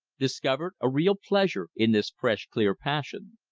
discovered a real pleasure in this fresh, clear passion.